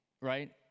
right